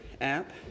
app